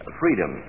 freedom